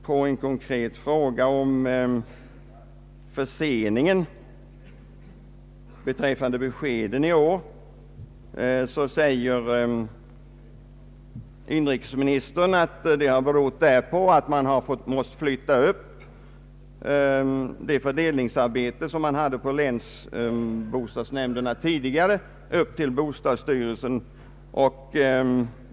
På en konkret fråga om förseningen av beskeden i år förklarar inrikesministern, att den har berott på att man till bostadsstyrelsen har måst flytta det fördelningsarbete som tidigare har bedrivits på länsbostadsnämnderna.